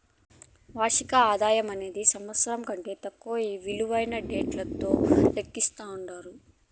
వార్షిక ఆదాయమనేది సంవత్సరం కంటే తక్కువ ఇలువైన డేటాతో లెక్కిస్తండారు